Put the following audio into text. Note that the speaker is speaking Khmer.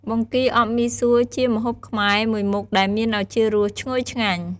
បង្គាអប់មីសួរជាម្ហូបខ្មែរមួយមុខដែលមានឱជារសឈ្ងុយឆ្ងាញ់។